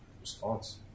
response